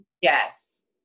Yes